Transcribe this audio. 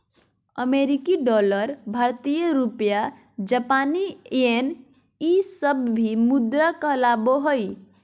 अमेरिकी डॉलर भारतीय रुपया जापानी येन ई सब भी मुद्रा कहलाबो हइ